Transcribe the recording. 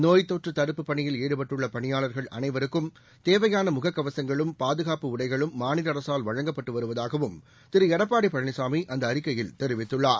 நோய் தொற்று தடுப்புப் பணியில் ஈடுபட்டுள்ள பணியாளர்கள் அனைவருக்கும் தேவையான முக கவசங்களும் பாதுகாப்பு உடைகளும் மாநில அரசால் வழங்கப்பட்டு வருவதாகவும் திரு எடப்பாடி பழனிசாமி அந்த அறிக்கையில் தெரிவித்துள்ளார்